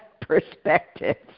perspectives